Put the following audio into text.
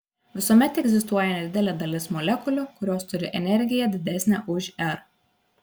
visuomet egzistuoja nedidelė dalis molekulių kurios turi energiją didesnę už r